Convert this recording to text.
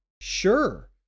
Sure